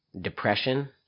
depression